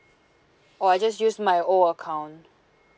or I just use my old account